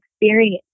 experience